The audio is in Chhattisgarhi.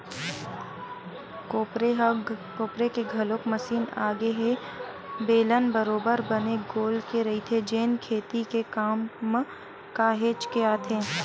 कोपरे के घलोक मसीन आगे ए ह बेलन बरोबर बने गोल के रहिथे जेन खेती के काम म काहेच के आथे